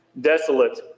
desolate